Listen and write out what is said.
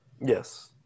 Yes